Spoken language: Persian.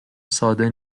ساده